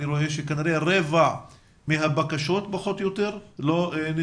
אני רואה שכנראה רבע מהבקשות פחות או יותר נדחות.